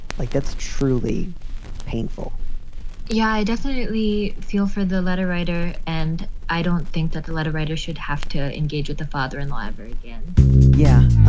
like, that's truly painful yeah, i definitely feel for the letter writer, and i don't think the letter writers should have to engage with the father in law ever again yeah.